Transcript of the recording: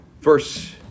Verse